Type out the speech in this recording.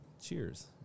Cheers